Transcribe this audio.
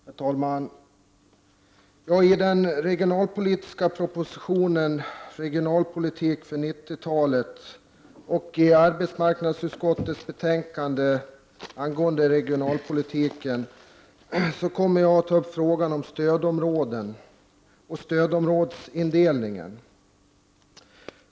Herr talman! Av det som avhandlas i den regionalpolitiska propositionen Regionalpolitik för 90-talet och i arbetsmarknadsutskottets betänkanden angående regionalpolitiken kommer jag att ta upp frågan om stödområden och stödområdesindelningen.